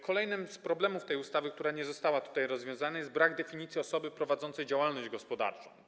Kolejnym z problemów tej ustawy, które nie zostały tutaj rozwiązane, jest brak definicji osoby prowadzącej działalność gospodarczą.